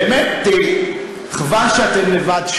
באמת, חבל שאתם לבד.